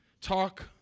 talk